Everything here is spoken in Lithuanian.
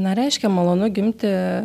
na reiškia malonu gimti